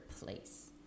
place